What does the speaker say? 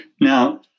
Now